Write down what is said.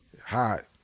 Hot